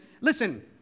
listen